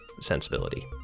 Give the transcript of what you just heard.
sensibility